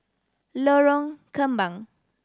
Lorong Kembang